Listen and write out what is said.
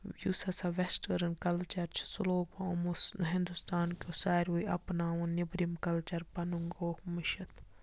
یُس ہَسا western culture چھِ سُہ لوگ یِمو ہِنٛدُستانکیو ساروٕے اَپناوُن نیٚبرِم کَلچَر پَنُن گووُکھ مٔشِد